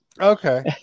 Okay